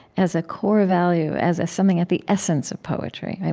as a core value, as as something at the essence of poetry.